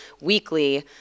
weekly